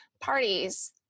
parties